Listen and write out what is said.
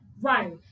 Right